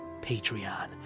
Patreon